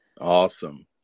Awesome